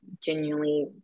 genuinely